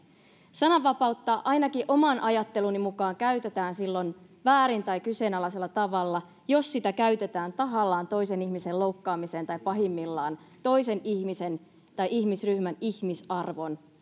sananvapautta ainakin oman ajatteluni mukaan käytetään silloin väärin tai kyseenalaisella tavalla jos sitä käytetään tahallaan toisen ihmisen loukkaamiseen tai pahimmillaan toisen ihmisen tai ihmisryhmän ihmisarvon